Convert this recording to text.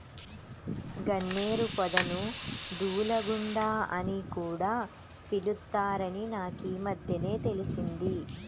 గన్నేరు పొదను దూలగుండా అని కూడా పిలుత్తారని నాకీమద్దెనే తెలిసింది